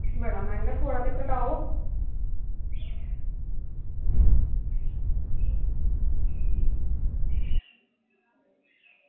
बड़ा मैहंगा थ्होआ दा थोह्ड़ा ते घटाओ